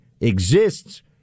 exists